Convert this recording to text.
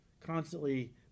constantly